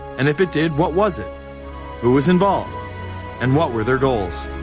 and if it did what was it? who was involved and what were their goals?